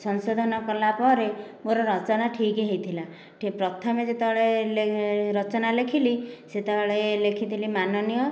ସଂଶୋଧନ କଲାପରେ ମୋର ରଚନା ଠିକ ହୋଇଥିଲା ପ୍ରଥମେ ଯେତେବେଳେ ରଚନା ଲେଖିଲି ସେତେବେଳେ ଲେଖିଥିଲି ମାନନୀୟ